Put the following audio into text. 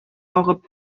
агып